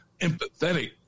empathetic